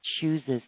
chooses